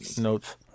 notes